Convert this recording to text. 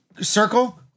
Circle